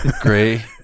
gray